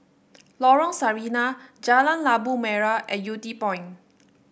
Lorong Sarina Jalan Labu Merah and Yew Tee Point